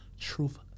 Truth